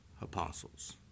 apostles